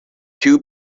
two